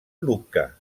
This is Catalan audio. lucca